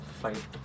fight